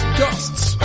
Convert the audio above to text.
ghosts